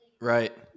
Right